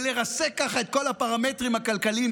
לרסק ככה את כל הפרמטרים הכלכליים,